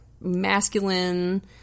masculine